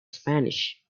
spanish